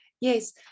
Yes